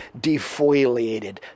defoliated